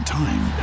time